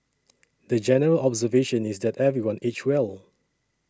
the general observation is that everyone aged well